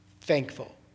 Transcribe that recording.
thankful